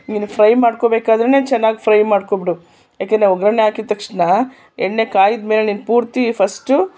ನೀನು ಫ್ರೈ ಮಾಡ್ಕೊಳ್ಬೇಕಾದ್ರೆಯೇ ಚೆನ್ನಾಗಿ ಫ್ರೈ ಮಾಡ್ಕೊಂಡ್ಬಿಡು ಯಾಕೆಂದರೆ ಒಗ್ಗರಣೆ ಹಾಕಿದ ತಕ್ಷಣ ಎಣ್ಣೆ ಕಾದಮೇಲೆ ನೀನು ಪೂರ್ತಿ ಫಸ್ಟು